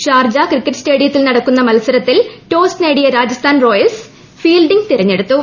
Sharjah cricket സ്റ്റേഡിയത്തിൽ നടക്കുന്ന മത്സരത്തിൽ ടോസ് നേടിയ രാജസ്ഥാൻ റോയൽസ് ഫീൽഡിംഗ്ട് ്ത്ത്ത്തെടുത്തു